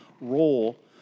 role